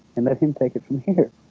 and let him take it from here